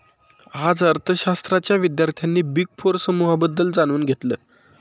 आज अर्थशास्त्राच्या विद्यार्थ्यांनी बिग फोर समूहाबद्दल जाणून घेतलं